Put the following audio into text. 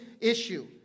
issue